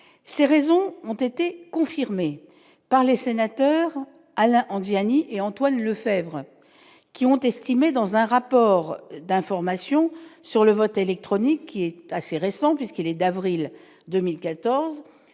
ces raisons ont été confirmés par les sénateurs, Alain Handy, Annie et Antoine Lefèvre qui ont estimé dans un rapport d'information sur le vote électronique qui est assez récent, puisqu'il est d'avril 2014,